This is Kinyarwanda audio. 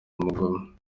mugume